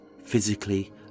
physically